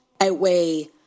Outweigh